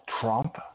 Trump